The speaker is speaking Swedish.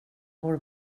vår